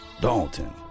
Dalton